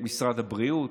משרד הבריאות,